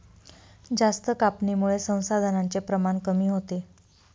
जास्त कापणीमुळे संसाधनांचे प्रमाण कमी होते